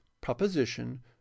proposition